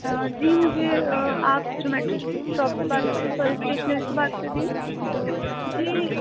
آ جی مجھے آپ جیومیٹری شاپ سے بات سوری اسٹیشنری سے بات کر رہی ہے جی